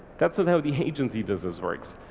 that's not how the agency business works.